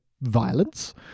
violence